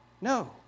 No